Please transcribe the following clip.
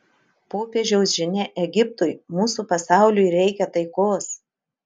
popiežiaus žinia egiptui mūsų pasauliui reikia taikos